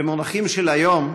במונחים של היום,